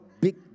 big